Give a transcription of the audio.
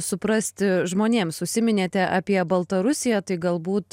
suprasti žmonėms užsiminėte apie baltarusiją tai galbūt